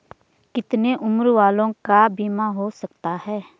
कितने उम्र वालों का बीमा हो सकता है?